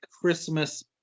Christmas